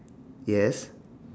yes